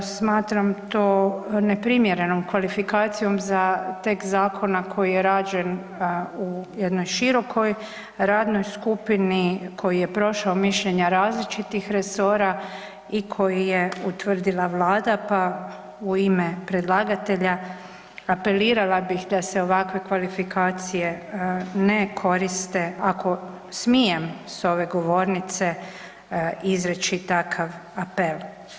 Smatram to neprimjerenom kvalifikacijom za tekst zakona koji je rađen u jednoj širokoj radnoj skupini, koji je prošao mišljenja različitih resora i koji je utvrdila Vlada pa u ime predlagatelja apelirala bih da se ovakve kvalifikacije ne koriste ako smijem sa ove govornice izreći takav apel.